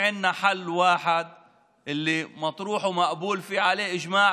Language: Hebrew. יש לנו פתרון אחד אפשרי שלגביו יש תמימות